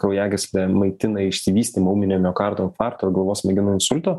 kraujagyslė maitina išsivystymu ūminio miokardo infarkto ar galvos smegenų insulto